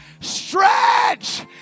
stretch